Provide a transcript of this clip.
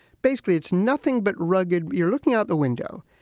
basically, it's nothing but rugged. you're looking out the window.